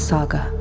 Saga